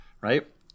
right